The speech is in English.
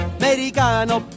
americano